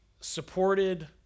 supported